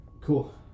Cool